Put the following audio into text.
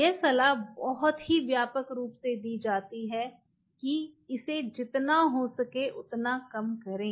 यह सलाह बहुत ही व्यापक रूप से दी जाती है कि इसे जितना हो सके उतना कम करें